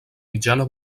mitjana